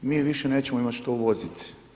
Mi više nećemo imati što uvoziti.